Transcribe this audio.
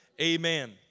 Amen